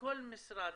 בכל משרד